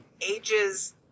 ages